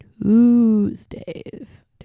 tuesdays